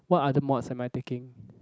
what other mods am I taking